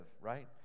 Right